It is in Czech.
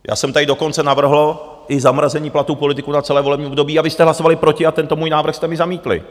Já jsem tady dokonce navrhl i zamrazení platů politiků na celé volební období, vy jste hlasovali proti a tento můj návrh jste mi zamítli!